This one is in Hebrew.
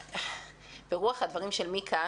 ברוח הדברים של מיקה,